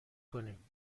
کنیم